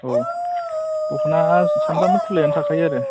औ दखाना सानफ्रामबो खुलायानो थाखायो आरो